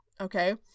okay